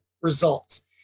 results